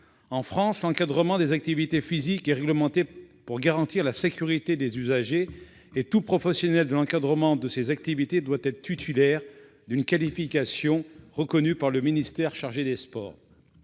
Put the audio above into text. En France, l'encadrement des activités physiques est réglementé pour garantir la sécurité des usagers et tout professionnel de l'encadrement de ces activités doit être titulaire d'une qualification reconnue par le ministère chargé des sports.